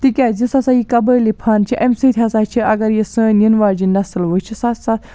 تکیازِ یُس ہسا یہٕ قبٲیلی فن چھُ امہِ سۭتۍ ہسا چھُ اگر یہِ سٲنۍ یِنہٕ واجٮ۪ن نسل وٕچھِ سُہ ہسا